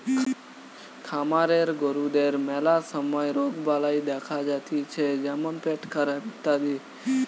খামারের গরুদের ম্যালা সময় রোগবালাই দেখা যাতিছে যেমন পেটখারাপ ইত্যাদি